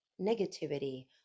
negativity